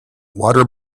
water